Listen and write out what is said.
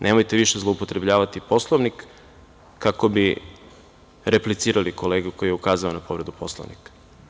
Nemojte više zloupotrebljavati Poslovnik kako bi replicirali kolegi koji je ukazao na povredu Poslovnika.